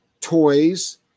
toys